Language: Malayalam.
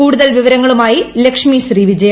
കൂടുതൽ വിവരങ്ങളുമായി ലക്ഷ്മി ശ്രീ വിജയ